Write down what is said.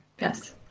Yes